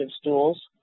stools